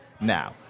now